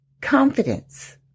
confidence